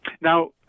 Now